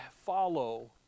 follow